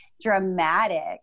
dramatic